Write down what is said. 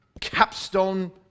capstone